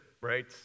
right